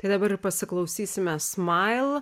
ir dabar ir pasiklausysime smile